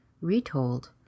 Retold